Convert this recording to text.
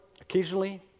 occasionally